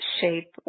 shape